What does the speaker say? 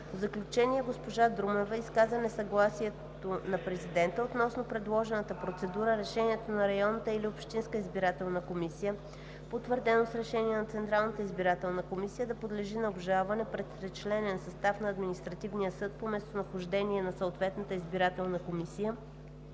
В заключение госпожа Друмева изказа несъгласието на президента относно предложената процедура решението на районната или общинската избирателна комисия, потвърдено с решение на Централната избирателна комисия, да подлежи на обжалване пред тричленен състав на Административния съд по местонахождение на съответната избирателна комисия,